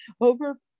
over